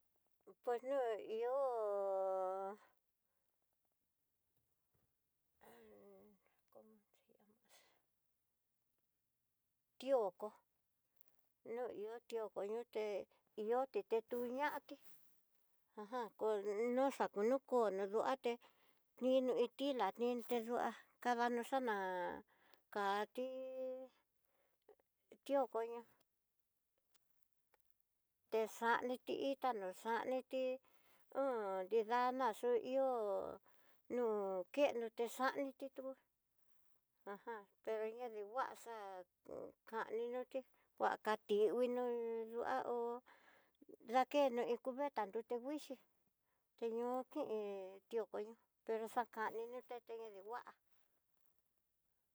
Pues no ihó h como se llama tióko no iho toko ñuté ihó tete tuñatí ajan ko noxa ku no kó no dú até nino iin tila nincheyu'a, kadanró xaná katí kiokoñá texani itá no xaniti un nrida ná xoihó nú kendroti xaniti tú, ajan pero ya di huaxa kani'i niuté kua kati uhino xá hó ndakeno iin cubeta nrute nguixi té ño ké tiokoño pero xakani ní téte ñadihuá.